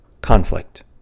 Conflict